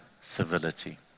civility